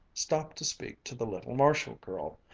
stopped to speak to the little marshall girl,